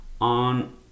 on